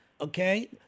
Okay